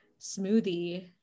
smoothie